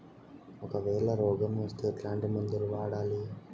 ఒకవేల రోగం వస్తే ఎట్లాంటి మందులు వాడాలి?